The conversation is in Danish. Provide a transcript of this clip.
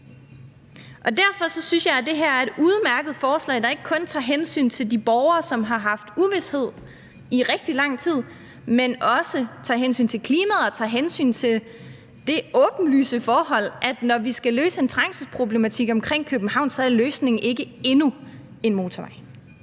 Derfor synes jeg, det her er et udmærket forslag, der ikke kun tager hensyn til de borgere, som har haft uvished i rigtig lang tid, men også tager hensyn til klimaet og tager hensyn til det åbenlyse forhold, at når vi skal løse en trængselsproblematik omkring København, er løsningen ikke endnu en motorvej.